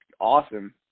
awesome